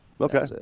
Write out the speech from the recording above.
okay